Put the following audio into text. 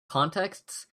contexts